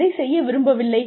எதைச் செய்ய விரும்பவில்லை